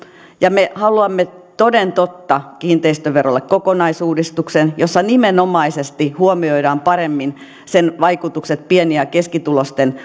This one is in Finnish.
me haluamme toden totta kiinteistöverolle kokonaisuudistuksen jossa nimenomaisesti huomioidaan paremmin sen vaikutukset pieni ja keskituloisten